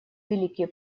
великие